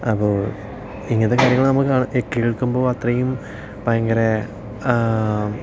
അപ്പോൾ ഇങ്ങനത്തെ കാര്യങ്ങൾ നമ്മൾ കാ കേൾക്കുമ്പോൾ അത്രയും ഭയങ്കര